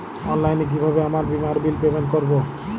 অনলাইনে কিভাবে আমার বীমার বিল পেমেন্ট করবো?